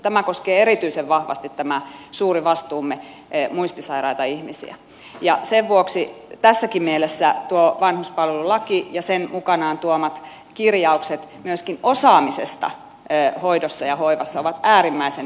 tämä suuri vastuumme koskee erityisen vahvasti muistisairaita ihmisiä ja sen vuoksi tässäkin mielessä tuo vanhuspalvelulaki ja sen mukanaan tuomat kirjaukset myöskin osaamisesta hoidossa ja hoivassa ovat äärimmäisen tärkeitä